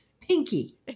Pinky